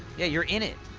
yeah you're in it!